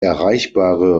erreichbare